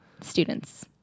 students